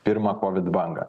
pirma covid bangą